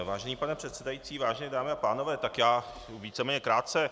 Vážený pane předsedající, vážené dámy a pánové, já víceméně krátce.